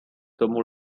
tomu